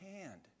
hand